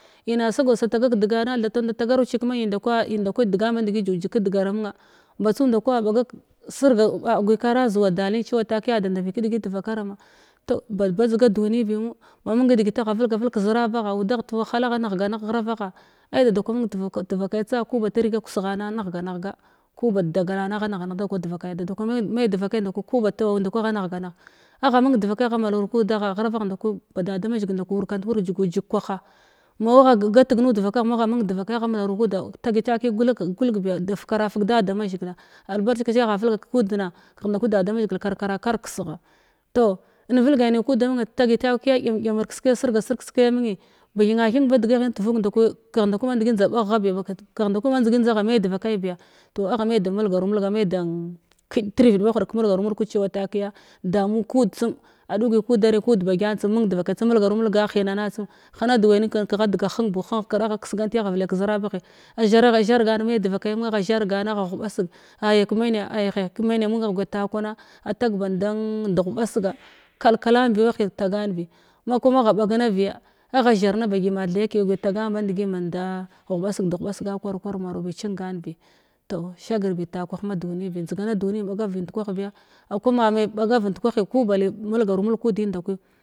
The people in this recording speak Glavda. Ina sagau datagak deganna thate inda tagaro ci kemenin dakwa inda kwi degan mandhi jujia kedgara munna mbatsu ndakwi a ɓagak sirga a gwi kara zuwa dalmn cewa a gaya ndavbi kifigit vakarama toh ba badzga dunibimu ma mung digita agha velgavil kəzwabagha udagh te tuwahala agha nighganigh ghrava gha ai da da kwa mung turk devakai ts aku ba tirga kusghana anighga nigha ku bat dagalana anighga dada kwa mai devakai ndakwi nda ku ba tawa ndaak nda kwa agha nighanigh agha mung devakaya agha mularu kudagha baghrabagh nda kwani ba da maxhigil nda ku warkant wurg jugujig kwaha mau wa gat nud vakagh mugh mung devakaya agha mularu kuda devakaya agha malatu mung kuda tagi taki gula kagh fukara fug da da mazhigila albarkaci agha vulga kud na kegh nda wai da damazhigil karkara karfkesgha toh in vilgene kuda amunyi tagi dem-demir kiske sirga sirg kiskaya mun’i ba thenna then bad gaghintuvuk nda kwi kigh ndakwi bandgi ndza ɓaghghabi kigh nda kwi mandgi ndghaza me devakai biya toagha me di mulgaru mulg a me dan me di mulgaru mulg a me dan kiɗɗ tirvid mahud ke mulgaru mulg cewa takiya damu kud tsum adugi kudan ki ud ba gyan tsum mung devaki tsum mulgaru mulga hinana tsum mulgaru mulga hunana tsun hina double nin kegha addiga heng bu hena hekith agha keskabaghi a zhara agha zhargan mai devakai amung agha zhargan agha ghubasg aya ke mena aya he kemena mung agha guya ta kwana a tag bandon ndighuɓasga kalkaln wahi tagan bi ma kuma agha ɓa nabiya agha zharna baggyi ma thayaki guya tagan band gi banda ghubasg de ghuɓasga kwar. Kwar maro bi cinganbi toh shagrbi ta kwah ma dunibi shagarbi ta kwah ma dunibi njdigana duniyin bagav bi ndikwah biya a kwa mamen bagav ndkwahi ku ba li mulgaru mulg kudin nda kwi.